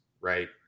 right